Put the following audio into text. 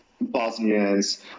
Bosnians